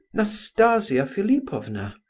nastasia philipovna,